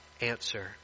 answer